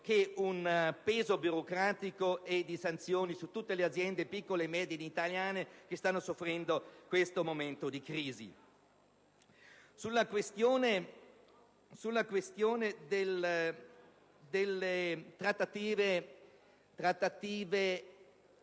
che un peso burocratico e sanzioni su tutte le aziende italiane, piccole e medie, che stanno soffrendo questo momento di crisi. Sulla questione delle trattative